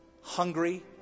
hungry